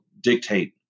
dictate